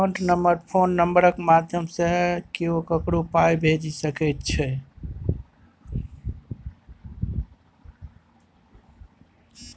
UPI माध्यमे बिना account number phone नंबरक माध्यमसँ केओ ककरो पाइ भेजि सकै छै